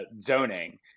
zoning